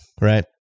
right